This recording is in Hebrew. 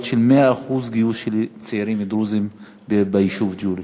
של 100% גיוס של צעירים ביישוב ג'וליס.